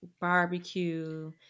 barbecue